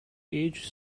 each